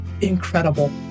incredible